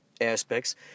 aspects